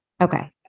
Okay